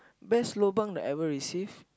best lobang that I have ever receive